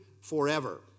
forever